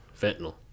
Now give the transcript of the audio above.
fentanyl